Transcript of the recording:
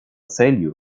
целью